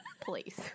Please